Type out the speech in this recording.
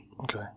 Okay